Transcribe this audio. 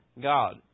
God